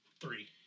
three